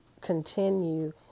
continue